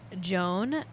Joan